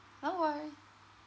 no worry